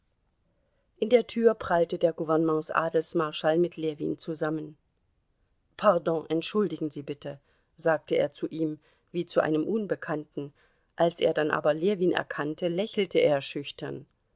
in der tür prallte der gouvernements adelsmarschall mit ljewin zusammen pardon entschuldigen sie bitte sagte er zu ihm wie zu einem unbekannten als er dann aber ljewin erkannte lächelte er schüchtern